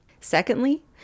Secondly